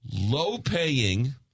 low-paying